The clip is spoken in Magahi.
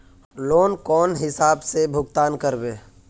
लोन कौन हिसाब से भुगतान करबे?